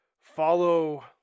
follow